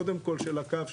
קודם כל של הקו,